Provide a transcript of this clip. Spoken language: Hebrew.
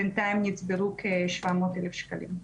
בינתיים נצברו כשבע מאות אלף שקלים.